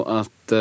att